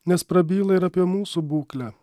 nes prabyla ir apie mūsų būklę